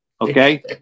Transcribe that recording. Okay